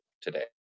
today